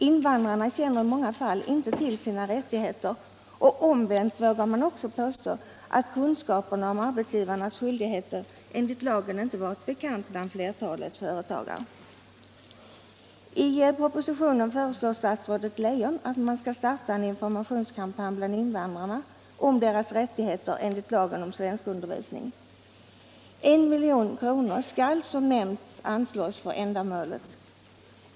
Invandrarna känner i många fall inte till sina rättigheter, och omvänt vågar man också påstå att kunskaperna om arbetsgivarnas skyldigheter enligt lagen varit bristfälliga bland flertalet företagare. I propositionen föreslår statsrådet Leijon att man skall starta en informationskampanj bland invandrarna om deras rättigheter enligt lagen om svenskundervisning. 1 milj.kr. skall, som nämnts, anslås för än 131 damålet.